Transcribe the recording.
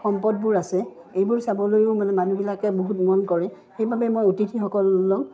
সম্পদবোৰ আছে এইবোৰ চাবলৈও মানে মানুহবিলাকে বহুত মন কৰে সেইবাবে মই অতিথিসকললক